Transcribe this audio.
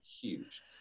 huge